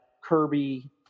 Kirby